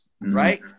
right